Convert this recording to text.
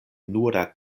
nura